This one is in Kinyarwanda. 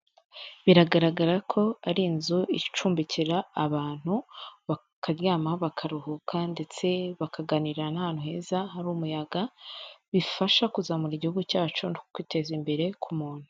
Biragaragara ko ari inzu icumbikira abantu, bakaryama, bakaruhuka ndetse bakaganira n'ahantu heza hari umuyaga, bifasha kuzamura igihugu cyacu no kwiteza imbere ku muntu.